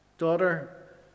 Daughter